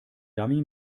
dummy